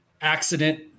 accident